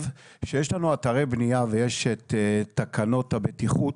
שיש לנו אתרי בניה ויש את תקנות הבטיחות